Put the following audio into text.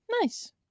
Nice